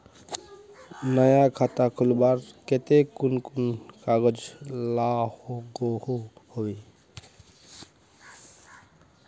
नया खाता खोलवार केते कुन कुन कागज लागोहो होबे?